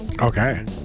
okay